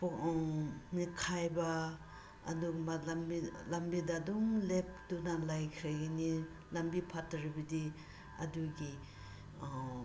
ꯅꯦꯠꯈꯥꯏꯕ ꯑꯗꯨꯒꯨꯝꯕ ꯂꯝꯕꯤ ꯂꯝꯕꯤꯗ ꯑꯗꯨꯝ ꯂꯦꯞꯇꯨꯅ ꯂꯩꯈ꯭ꯔꯒꯅꯤ ꯂꯝꯕꯤ ꯐꯠꯇ꯭ꯔꯕꯗꯤ ꯑꯗꯨꯒꯤ